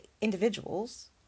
individuals